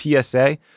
PSA